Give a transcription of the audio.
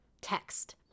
text